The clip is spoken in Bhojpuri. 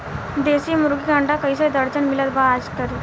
देशी मुर्गी के अंडा कइसे दर्जन मिलत बा आज कल?